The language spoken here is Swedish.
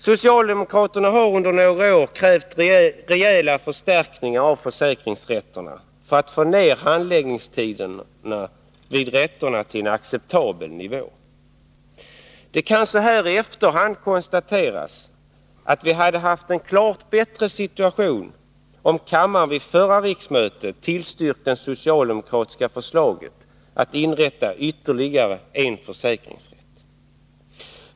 Socialdemokraterna har under några år krävt rejäla förstärkningar av försäkringsrätterna för att få ned handläggningstiderna vid försäkringsrätterna till en acceptabel nivå. Det kan så här i efterhand konstateras att vi hade haft en klart bättre situation om kammaren vid förra riksmötet bifallit det socialdemokratiska förslaget att inrätta ytterligare en försäkringsrätt.